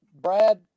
brad